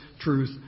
truth